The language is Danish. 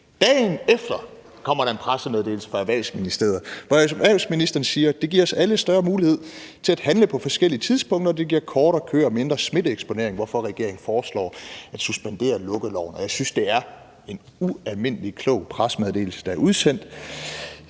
Dagen efter kommer der en pressemeddelelse fra Erhvervsministeriet, hvori erhvervsministeren siger: Det giver os alle større mulighed til at handle på forskellige tidspunkter. Det giver kortere køer og mindre smitteeksponering, hvorfor regeringen foreslår at suspendere lukkeloven. Jeg synes, at det er en ualmindelig klog pressemeddelelse, der er udsendt.